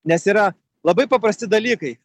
nes yra labai paprasti dalykai